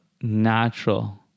natural